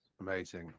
amazing